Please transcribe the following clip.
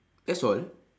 that's all